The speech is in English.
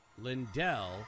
Lindell